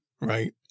right